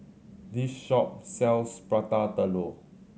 this shop sells Prata Telur